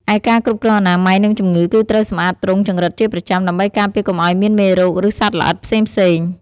ឯការគ្រប់គ្រងអនាម័យ និងជំងឺ គឺត្រូវសម្អាតទ្រុងចង្រិតជាប្រចាំ ដើម្បីការពារកុំឲ្យមានមេរោគ ឬសត្វល្អិតផ្សេងៗ។